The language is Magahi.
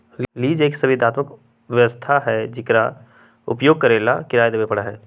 लीज एक संविदात्मक व्यवस्था हई जेकरा उपयोग करे ला किराया देवे पड़ा हई